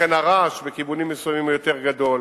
לכן הרעש בכיוונים מסוימים הוא יותר גדול